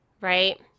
right